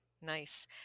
Nice